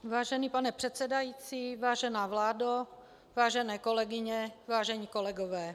Vážený pane předsedající, vážená vládo, vážené kolegyně, vážení kolegové.